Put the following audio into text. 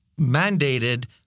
mandated